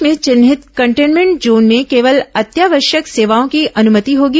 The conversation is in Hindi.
प्रदेश में चिन्हित कंटेन्मेंट जोन में केवल अत्यावश्यक सेवाओं की अनुमति होगी